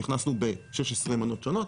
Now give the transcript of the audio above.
נכנסנו ב-16 מנות שונות.